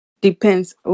depends